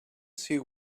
see